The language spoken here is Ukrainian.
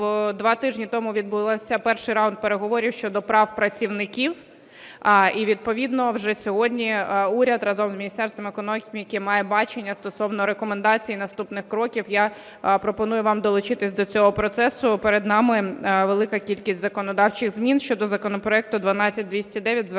два тижні тому відбувся перший раунд переговорів щодо прав працівників, і відповідно вже сьогодні уряд разом з Міністерством економіки має бачення стосовно рекомендацій наступних кроків. Я пропоную вам долучитись до цього процесу, перед нами велика кількість законодавчих змін. Щодо законопроекту 12209, зверну